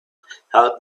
help